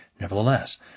Nevertheless